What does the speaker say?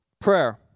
Prayer